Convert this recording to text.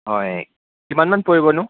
হয় কিমানমান পৰিবনো